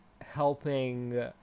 helping